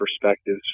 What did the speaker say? perspectives